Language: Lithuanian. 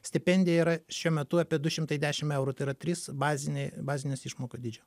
stipendija yra šiuo metu apie du šimtai dešimt eurų tai yra trys baziniai bazinės išmokos dydžio